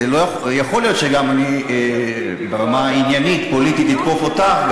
יכול להיות שגם אני ברמה העניינית-פוליטית אתקוף אותך,